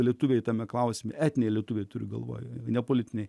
lietuviai tame klausime etniniai lietuviai turi galvoje ne politiniai